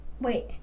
wait